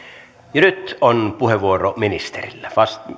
ja nyt on puheenvuoro ministerillä